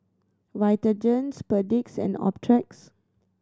Vitagen Perdix and Optrex